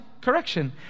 correction